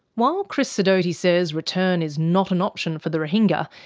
while chris sidoti says return is not an option for the rohingya.